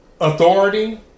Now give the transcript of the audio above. authority